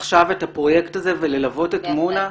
עכשיו את הפרויקט הזה וללוות את מונא?